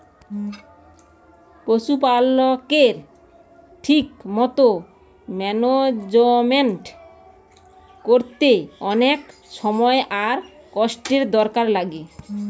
পশুপালকের ঠিক মতো ম্যানেজমেন্ট কোরতে অনেক সময় আর কষ্টের দরকার লাগে